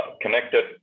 connected